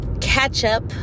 catch-up